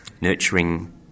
nurturing